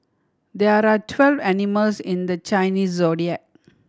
there are twelve animals in the Chinese Zodiac